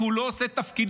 כי הוא לא עושה את תפקידו.